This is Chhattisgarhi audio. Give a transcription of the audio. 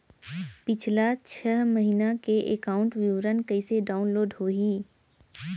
पिछला छः महीना के एकाउंट विवरण कइसे डाऊनलोड होही?